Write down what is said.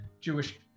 Jewish